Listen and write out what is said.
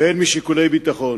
והן משיקולי ביטחון.